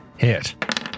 hit